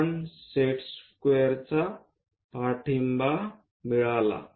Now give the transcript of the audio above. आपल्या सेट स्क्वेअरला पाठिंबा मिळाला